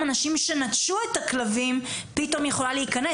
אנשים שנטשו את הכלבים פתאום יכולה להיכנס.